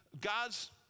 God's